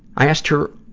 i asked her,